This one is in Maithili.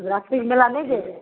रासिक मेला नहि जेबै